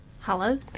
Hello